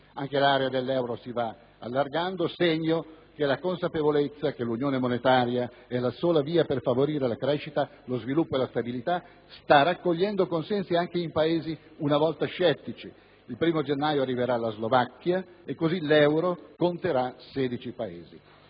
Anche l'area dell'euro si va allargando, segno che la consapevolezza che l'unione monetaria è la sola via per favorire la crescita, lo sviluppo e la stabilità sta raccogliendo consensi anche in Paesi una volta scettici. Il 1° gennaio arriverà la Slovacchia e così l'euro conterà 16 Paesi.